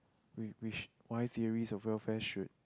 why theory of welfare should